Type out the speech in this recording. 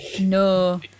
No